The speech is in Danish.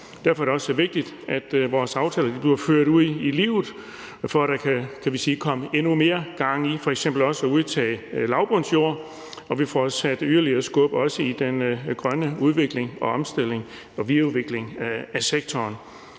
Derfor er det også vigtigt, at vores aftaler bliver ført ud i livet – for at der kan komme endnu mere gang i f.eks. at udtage lavbundsjorder, og for at vi får sat yderligere skub i den grønne udvikling og omstilling og videreudviklingen af sektoren.